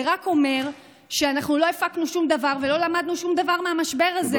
זה רק אומר שאנחנו לא הפקנו שום לקח ולא למדנו שום דבר מהמשבר הזה,